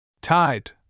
Tide